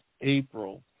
April